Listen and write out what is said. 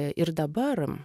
ir dabar